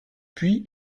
puis